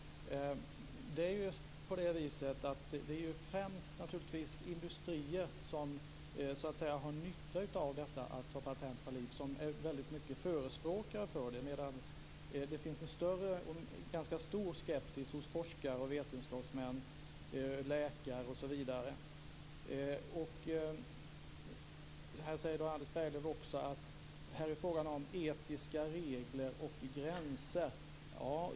Det är främst industrier som har nytta av och är förespråkare för att ta patent på liv. Men det finns en stor skepsis hos forskare, vetenskapsmän, läkare osv. Anders Berglöv talar om etiska regler och gränser.